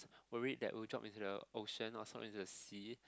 worried that we will drop into the ocean or drop into the sea